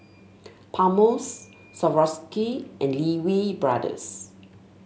Palmer's Swarovski and Lee Wee Brothers